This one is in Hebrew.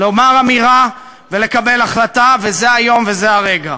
לומר אמירה ולקבל החלטה, וזה היום וזה הרגע.